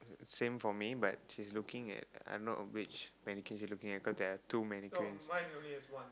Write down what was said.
same for me but she's looking at I don't know which mannequins she's looking cause there are two mannequins